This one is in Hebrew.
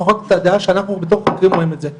לפחות את הדעה שאנחנו בתוך הארגון אומרים את זה,